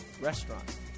Restaurant